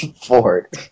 Ford